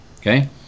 Okay